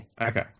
Okay